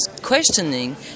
questioning